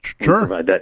Sure